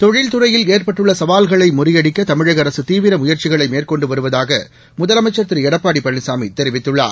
தொழில் துறையில் ஏற்பட்டுள்ள சவால்களை முறியடிக்க தமிழக அரசு தீவிர முயற்சிகளை மேற்கொண்டு வருவதாக முதலமைச்சர் திரு எடப்பாடி பழனிசாமி தெரிவித்துள்ளார்